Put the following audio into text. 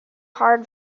hard